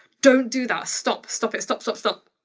don't do that. stop, stop it, stop stop stop.